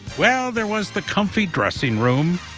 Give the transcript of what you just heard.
well there was the comfy dressing room.